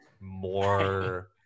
more